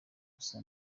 dusa